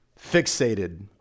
fixated